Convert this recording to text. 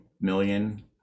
million